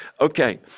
Okay